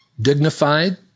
dignified